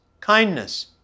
kindness